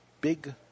Big